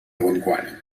gondwana